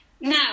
Now